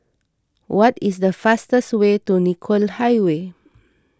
what is the fastest way to Nicoll Highway